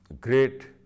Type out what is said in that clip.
great